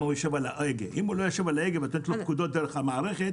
אם הוא לא יושב על ההגה ונותן פקודות דרך המערכת,